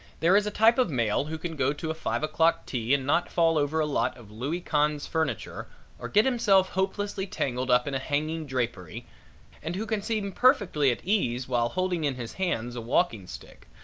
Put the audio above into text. there is a type of male who can go to a five o'clock tea and not fall over a lot of louie kahn's furniture or get himself hopelessly tangled up in a hanging drapery and who can seem perfectly at ease while holding in his hands a walking stick,